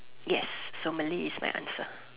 yes so Malay is my answer